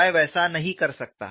मैं वैसा नहीं कर सकता